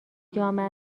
جامعه